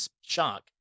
shock